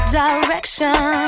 direction